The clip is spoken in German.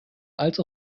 als